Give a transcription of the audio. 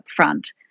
upfront